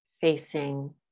facing